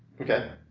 Okay